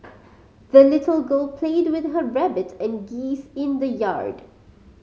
the little girl played with her rabbit and geese in the yard